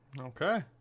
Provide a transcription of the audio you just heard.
okay